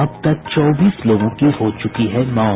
अब तक चौबीस लोगों की हो चुकी है मौत